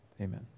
Amen